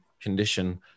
condition